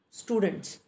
students